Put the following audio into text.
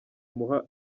imuha